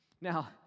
Now